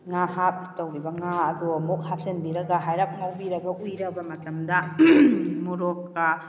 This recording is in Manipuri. ꯉꯥ ꯍꯥꯞꯇꯧꯔꯤꯕ ꯉꯥ ꯑꯗꯣ ꯑꯃꯨꯛ ꯍꯥꯞꯆꯟꯕꯤꯔꯒ ꯍꯥꯏꯔꯞ ꯉꯧꯕꯤꯔꯒ ꯎꯏꯔꯕ ꯃꯇꯝꯗ ꯃꯣꯔꯣꯛꯀ